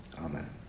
Amen